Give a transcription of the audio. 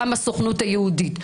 גם הסוכנות היהודית.